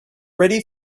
ready